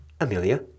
Amelia